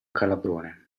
calabrone